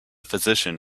physician